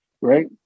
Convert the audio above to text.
right